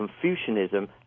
Confucianism